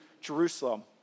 Jerusalem